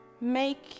Make